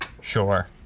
Sure